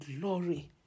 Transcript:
glory